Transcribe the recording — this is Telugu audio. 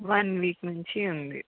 వన్ వీక్ నుంచి ఉంది